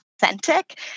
authentic